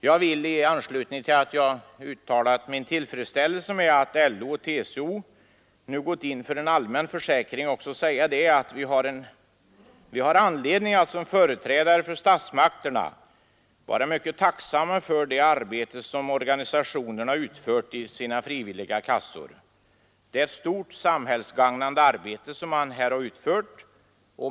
Jag vill i anslutning till att jag uttalar min tillfredsställelse med att LO och TCO nu gått in för en allmän försäkring också säga, att vi har anledning att som företrädare för statsmakterna vara mycket tacksamma för det arbete som organisationerna utfört i sina frivilliga kassor. Det är ett stort, samhällsgagnande arbete som man här nedlagt.